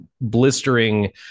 blistering